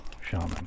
shaman